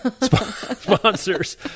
sponsors